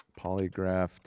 Polygraph